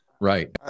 Right